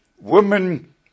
women